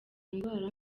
indwara